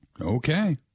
okay